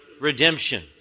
redemption